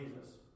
Jesus